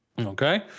okay